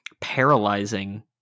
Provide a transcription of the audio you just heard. paralyzing